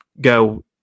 go